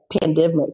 pandemic